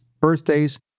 birthdays